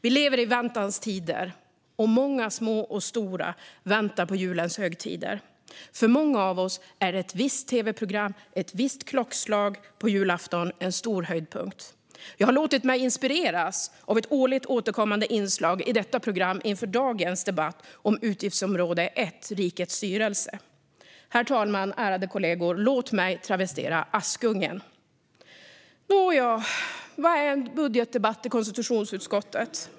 Vi lever i väntans tider, och många små och stora väntar på julens högtider. För många av oss är ett visst tv-program på ett visst klockslag på julafton en stor höjdpunkt. Jag har låtit mig inspireras av ett årligt återkommande inslag i detta program inför dagens debatt om utgiftsområde 1 Rikets styrelse. Herr talman och ärade kollegor, låt mig travestera Askungen ! Nåja, vad är väl en budgetdebatt i konstitutionsutskottet?